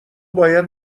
باید